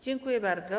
Dziękuję bardzo.